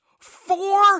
four